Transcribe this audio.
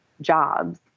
jobs